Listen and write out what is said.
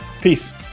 Peace